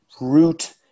root